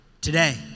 Today